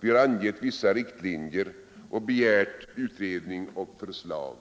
Vi har angivit vissa riktlinjer och begärt utredning och förslag